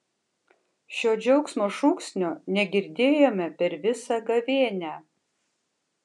šio džiaugsmo šūksnio negirdėjome per visą gavėnią